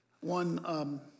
one